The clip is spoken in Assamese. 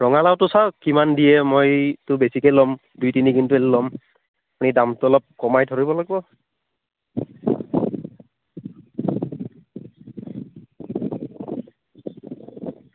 ৰঙালাওটো চাওক কিমান দিয়ে মইতো বেছিকে ল'ম দুই তিনি কুইণ্টল ল'ম আপুনি দামটো অলপ কমাই ধৰিব লাগিব